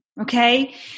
Okay